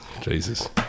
Jesus